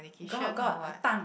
got got her tongue